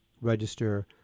register